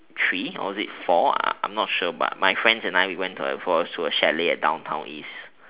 three or is it four I'm not sure but my friends and I we went to a for to a chalet at downtown east